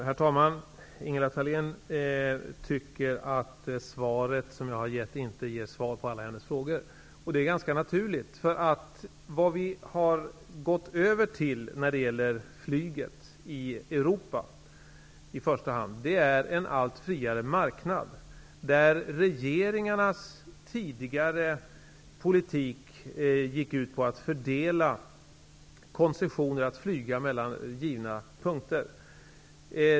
Herr talman! Ingela Thalén tycker att det svar som jag har gett inte ger svar på alla hennes frågor. Det är ganska naturligt. När det gäller flyget i Europa har vi gått över till en allt friare marknad. Regeringarnas tidigare politik gick ut på att fördela koncessioner att flyga mellan givna punkter.